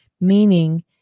meaning